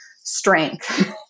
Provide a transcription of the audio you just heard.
strength